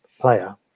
player